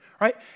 right